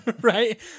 Right